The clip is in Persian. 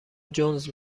جونز